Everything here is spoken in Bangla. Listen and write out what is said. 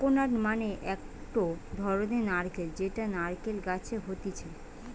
কোকোনাট মানে একটো ধরণের নারকেল যেটা নারকেল গাছে হতিছে